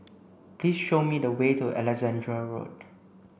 please show me the way to Alexandra Road